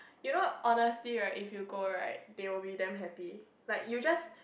you know honestly right if you go right they will be damn happy like you just